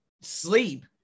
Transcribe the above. sleep